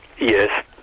Yes